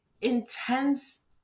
intense